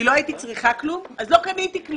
לא הייתי צריכה כלום, אז לא קניתי כלום.